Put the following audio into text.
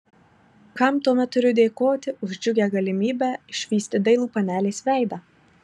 kam tuomet turiu dėkoti už džiugią galimybę išvysti dailų panelės veidą